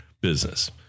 business